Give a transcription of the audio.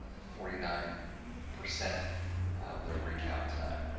ah forty nine percent of the recalc time.